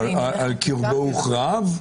על קרבו וכרעיו?